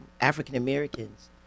African-Americans